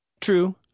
True